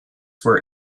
were